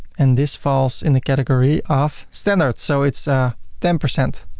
and this falls in the category of standard. so it's a ten percent.